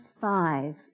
five